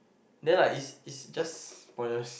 then like it's it's just pointless